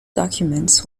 documents